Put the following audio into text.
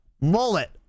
mullet